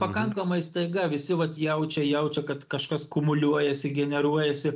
pakankamai staiga visi vat jaučia jaučia kad kažkas kumuliuojasi generuojasi